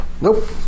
Nope